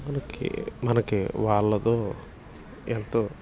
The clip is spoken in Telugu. మనకి మనకి వాళ్ళతో ఎంతో